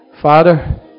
Father